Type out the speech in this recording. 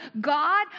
God